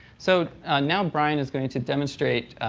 so now brian is going to demonstrate